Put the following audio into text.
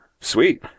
Sweet